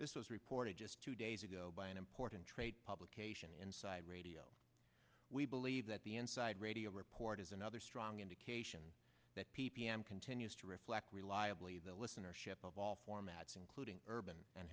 this was reported just two days ago by an important trade publication inside radio we believe that the inside radio report is another strong indication that p p m continues to reflect reliably the listenership of all formats including urban and